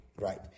Right